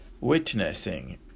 witnessing